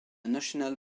national